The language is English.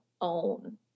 own